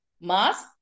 mask